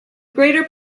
greater